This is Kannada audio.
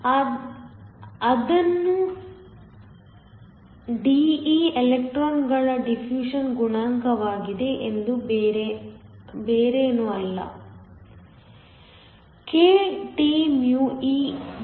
ಆದ್ದನ್ನುರಿಂದ De ಎಲೆಕ್ಟ್ರಾನ್ಗಳ ಡಿಫ್ಯೂಷನ್ ಗುಣಾಂಕವಾಗಿದೆ ಇದು ಬೇರೇನೂ ಅಲ್ಲ kTee